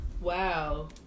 Wow